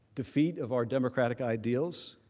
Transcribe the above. defeat of our democratic ideals,